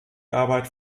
arbeit